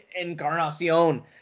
Encarnacion